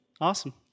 Awesome